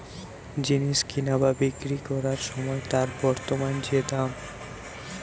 জিনিস কিনা বা বিক্রি কোরবার সময় তার বর্তমান যে দাম